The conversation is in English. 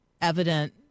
evident